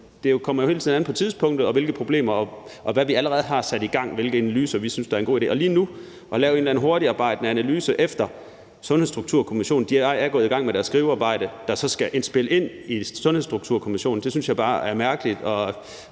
det kommer hele tiden an på tidspunktet og på, hvilke problemer der er, og hvad vi allerede har sat i gang, og hvilke analyser vi synes der er en god idé. Og at man lige skulle lave en eller anden hurtigarbejdende analyse, efter at Sundhedsstrukturkommissionen er gået i gang med deres skrivearbejde, der så skal spille ind i forhold til Sundhedsstrukturkommissionen, synes jeg bare er mærkeligt